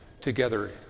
together